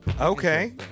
Okay